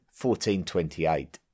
1428